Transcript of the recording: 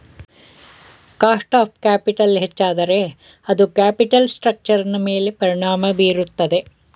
cost of capital ಹೆಚ್ಚಾದರೆ ಅದು capital ಸ್ಟ್ರಕ್ಚರ್ನ ಮೇಲೆ ಪರಿಣಾಮ ಬೀರುತ್ತದೆ